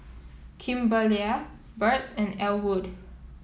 Kimberlie Birt and Elwood